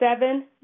seven